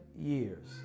years